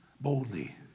boldly